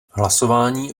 hlasování